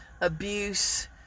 abuse